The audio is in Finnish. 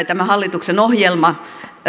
tämä hallituksen ohjelma